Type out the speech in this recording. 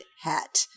hat